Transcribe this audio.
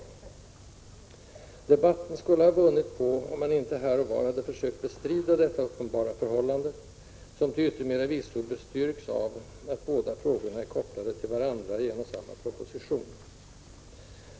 Debatten skulle ha vunnit på om man inte här och var hade försökt bestrida detta uppenbara förhållande — som till yttermera visso bestyrks av att båda frågorna är kopplade till varandra i en och samma proposition.